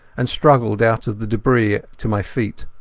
and struggled out of the debris to my feet.